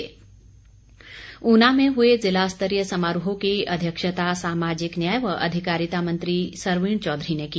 ऊना दिवस ऊना में हुए ज़िला स्तरीय समारोह की अध्यक्षता सामाजिक न्याय व अधिकारिता मंत्री सरवीण चोधरी ने की